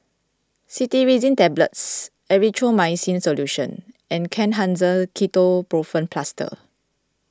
Cetirizine Tablets Erythroymycin Solution and Kenhancer Ketoprofen Plaster